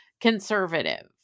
conservative